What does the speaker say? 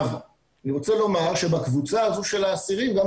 אני רוצה לומר שבקבוצה הזו של האסירים גם